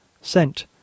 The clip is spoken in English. sent